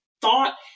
thought